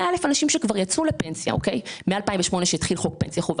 מאה אלף אנשים שכבר יצאו לפנסיה מ-2008 אז התחיל חוק פנסיה חובה,